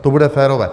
To bude férové.